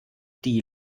die